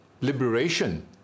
liberation